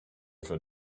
for